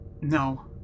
No